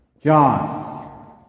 John